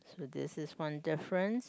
so this is one difference